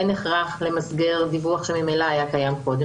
אין הכרח למסגר דיווח שממילא היה קיים קודם.